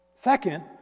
Second